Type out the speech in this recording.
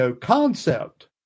concept